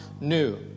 new